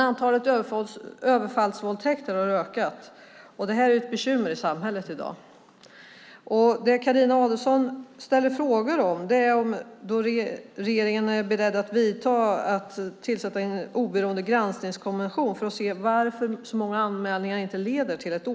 Antalet överfallsvåldtäkter har ökat, och det är ett bekymmer i samhället i dag. Det Carina Adolfsson ställer frågor om är om regeringen är beredd att tillsätta en oberoende granskningskommission för att se varför så många anmälningar inte leder till åtal.